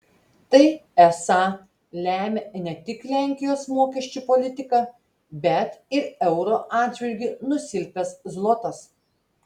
tai esą lemia ne tik lenkijos mokesčių politika bet ir euro atžvilgiu nusilpęs zlotas